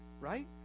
Right